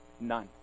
None